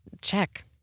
check